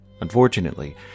Unfortunately